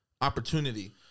opportunity